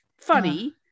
funny